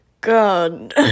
God